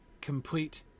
Complete